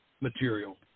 material